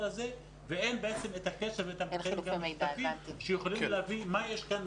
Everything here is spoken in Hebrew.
הזה ואין את הקשר שיכולים להבין מה יש כאן,